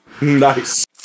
nice